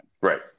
right